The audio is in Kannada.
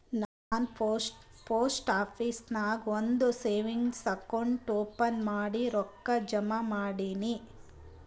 ನಾ ಪೋಸ್ಟ್ ಆಫೀಸ್ ನಾಗ್ ಒಂದ್ ಸೇವಿಂಗ್ಸ್ ಅಕೌಂಟ್ ಓಪನ್ ಮಾಡಿ ರೊಕ್ಕಾ ಜಮಾ ಮಾಡಿನಿ